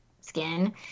skin